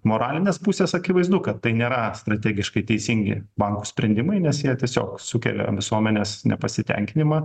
moralinės pusės akivaizdu kad tai nėra strategiškai teisingi bankų sprendimai nes jie tiesiog sukelia visuomenės nepasitenkinimą